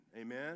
amen